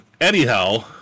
anyhow